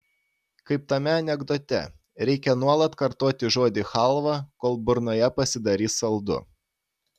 kaip tame anekdote reikia nuolat kartoti žodį chalva kol burnoje pasidarys saldu